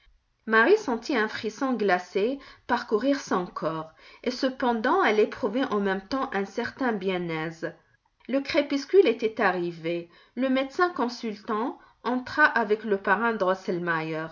marie sentit un frisson glacé parcourir son corps et cependant elle éprouvait en même temps un certain bien aise le crépuscule était arrivé le médecin consultant entra avec le parrain